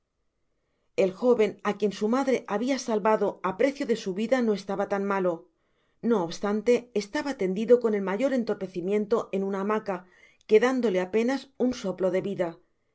el jóven á quien su madre habia salvado á precio de su vida no estaba tan malo no obstante estaba tendido con el mayor entorpecimiento en una hamaca quedándole apenas un soplo de vida